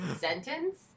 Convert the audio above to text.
sentence